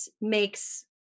makes